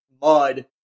mud